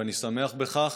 ואני שמח בכך: